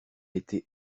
été